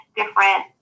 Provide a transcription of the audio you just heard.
different